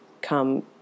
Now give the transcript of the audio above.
come